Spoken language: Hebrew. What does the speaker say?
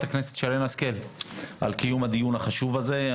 הכנסת שרן השכל על קיום הדיון החשוב הזה.